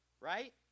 Right